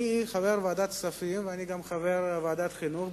אני חבר ועדת הכספים ואני גם חבר ועדת החינוך.